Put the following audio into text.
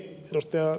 okei ed